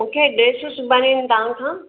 मुखे ड्रेसियूं सिबाइणियूं आहिनि तव्हांखां